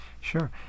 sure